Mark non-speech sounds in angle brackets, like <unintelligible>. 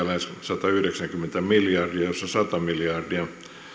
<unintelligible> lähes satayhdeksänkymmentä miljardia josta sata miljardia